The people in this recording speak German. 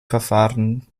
verfahren